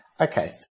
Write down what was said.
Okay